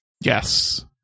Yes